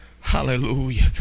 hallelujah